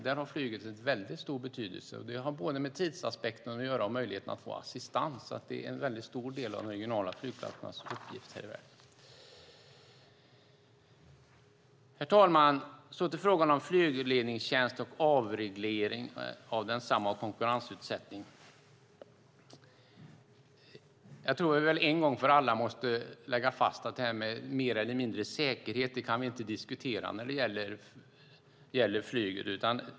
Det har med både tidsaspekten och möjligheten till assistans att göra, vilket är en stor del av de regionala flygplatsernas uppgift. Herr talman! Så till frågan om flygledningstjänst och avreglering och konkurrensutsättning av densamma. Jag tror att vi en gång för alla måste slå fast att det här med mer eller mindre säkerhet inte kan diskuteras när det gäller flyget.